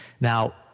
now